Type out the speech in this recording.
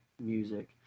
music